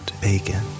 bacon